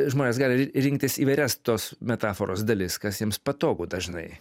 žmonės gali ri rinktis įvairias tos metaforos dalis kas jiems patogu dažnai